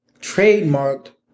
trademarked